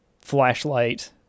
flashlight